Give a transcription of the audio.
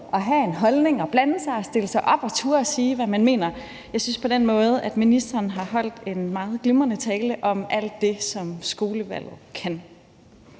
at have en holdning, at blande sig og stille sig op og turde sige, hvad man mener. Jeg synes derfor, at ministeren har holdt en meget glimrende tale om alt det, som skolevalget kan.